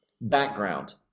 background